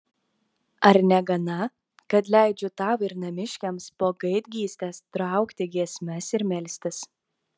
ar negana kad leidžiu tau ir namiškiams po gaidgystės traukti giesmes ir melstis